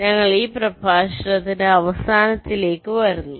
അതിനാൽ ഞങ്ങൾ ഈ പ്രഭാഷണത്തിന്റെ അവസാനത്തിലേക്ക് വരുന്നു